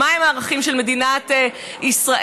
מהם הערכים של מדינת ישראל.